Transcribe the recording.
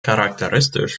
charakteristisch